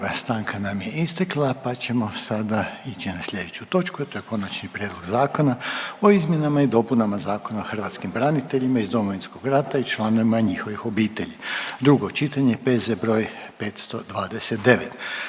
ga, stanka nam je istekla pa ćemo sada ići na sljedeću točku, a to je - Konačni prijedlog zakona o izmjenama i dopunama Zakona o hrvatskim braniteljima iz Domovinskog rata i članovima njihovih obitelji, drugo čitanje, P.Z. br. 529.